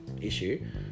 issue